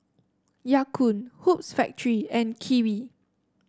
Ya Kun Hoops Factory and Kiwi